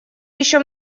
еще